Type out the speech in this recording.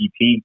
ep